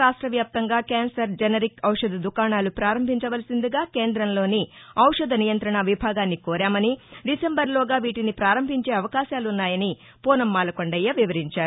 రాష్టవ్యాప్తంగా cancer generic బౌషధ దుకాణాలు పారంభించవలసిందిగా కేందంలోని ఔషధ నియంతణ విభాగాన్ని కోరామని డిశెంబర్లోగా వీటిని పారంభించే అవకాశాలున్నాయని పూనం మాలకొండయ్య వివరించారు